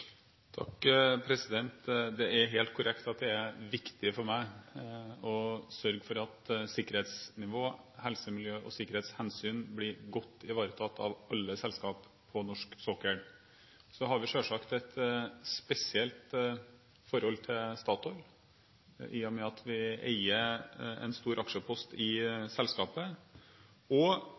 Det er helt korrekt at det er viktig for meg å sørge for at sikkerhetsnivå, helse, miljø og sikkerhetshensyn blir godt ivaretatt av alle selskap på norsk sokkel. Så har vi selvsagt et spesielt forhold til Statoil i og med at vi eier en stor aksjepost i selskapet.